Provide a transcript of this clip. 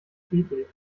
friedlich